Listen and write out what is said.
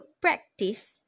practice